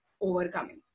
overcoming